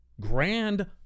grand